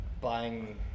buying